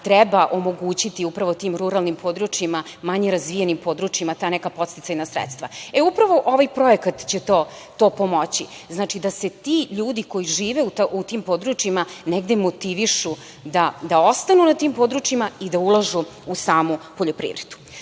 treba omogućiti upravo tim ruralnim područjima, manje razvijenim područjima, ta neka podsticajna sredstva. Upravo ovaj projekat će to pomoći. Znači da se ti ljudi koji žive u tim područjima negde motivišu da ostanu na tim područjima i da ulažu u samu poljoprivredu. Što